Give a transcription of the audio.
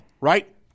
right